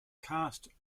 karst